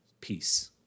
Peace